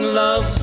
love